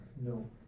No